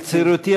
בצעירותי,